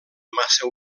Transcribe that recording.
massa